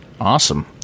Awesome